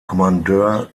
kommandeur